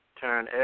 turn